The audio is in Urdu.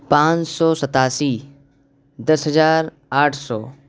پانچ سو ستاسی دس ہزار آٹھ سو